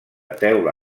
teula